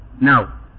Now